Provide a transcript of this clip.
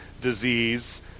disease